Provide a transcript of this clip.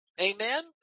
Amen